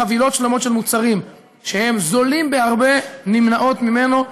חבילות שלמות של מוצרים שהם זולים בהרבה נמנעות ממנו.